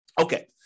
Okay